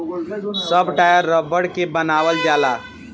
सब टायर रबड़ के बनावल जाला